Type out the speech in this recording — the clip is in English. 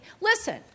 Listen